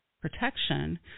protection